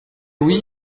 oui